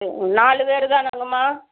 சரி நாலு பேர் தானங்கம்மா